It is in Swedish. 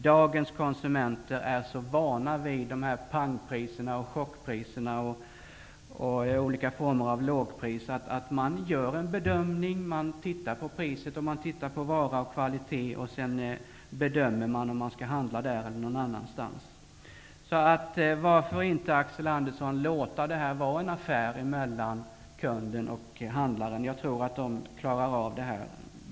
Dagens konsumenter är så vana vid ''pangpriser'', ''chockpriser'' och olika former av lågpriser att man tittar på priset, varan och kvaliteten och gör en bedömning om man skall handla där eller någon annanstans. Varför inte, Axel Andersson, låta detta vara en affär mellan kunden och handlaren? Jag tror att de klarar av detta bra.